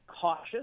cautious